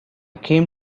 came